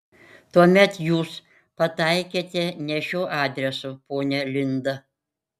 tuomet jūs pataikėte ne šiuo adresu ponia linda